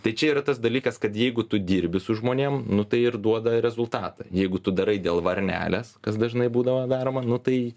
tai čia yra tas dalykas kad jeigu tu dirbi su žmonėm nu tai ir duoda rezultatą jeigu tu darai dėl varnelės kas dažnai būdavo daroma nu tai